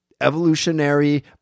evolutionary